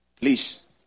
Please